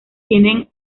tienen